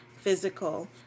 physical